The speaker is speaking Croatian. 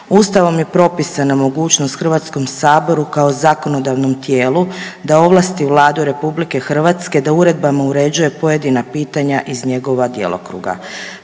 Ustavom je propisana mogućnost Hrvatskom saboru kao zakonodavnom tijelu da ovlasti Vladu RH da uredbama uređuje pojedina pitanja iz njegova djelokruga.